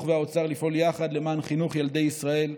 והאוצר לפעול יחד למען חינוך ילדי ישראל,